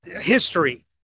history